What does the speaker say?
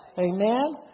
Amen